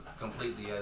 completely